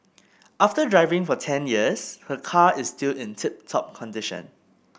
after driving for ten years her car is still in tip top condition